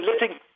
letting